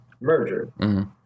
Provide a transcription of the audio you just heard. merger